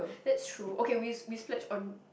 that's true okay we we splurge on